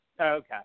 Okay